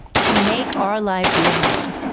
to make our life livable,